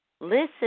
listen